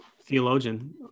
theologian